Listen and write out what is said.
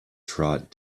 trot